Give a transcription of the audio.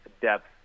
depth